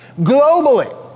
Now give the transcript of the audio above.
Globally